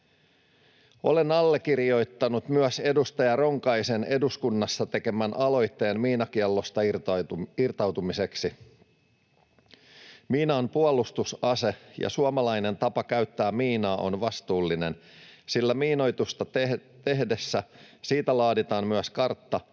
Olen allekirjoittanut myös edustaja Ronkaisen eduskunnassa tekemän aloitteen miinakiellosta irtautumiseksi. Miina on puolustusase ja suomalainen tapa käyttää miinaa on vastuullinen, sillä miinoitusta tehdessä siitä laaditaan myös kartta,